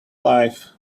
life